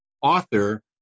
author